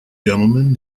gentlemen